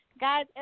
guys